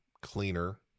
cleaner